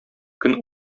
көн